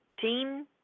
team